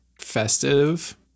festive